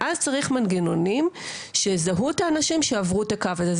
ואז צריך מנגנונים שיזהו את האנשים שעברו את הקו הזה.